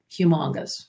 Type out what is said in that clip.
humongous